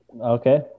Okay